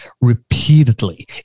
repeatedly